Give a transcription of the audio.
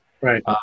Right